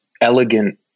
elegant